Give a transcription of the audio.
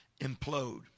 implode